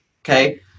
Okay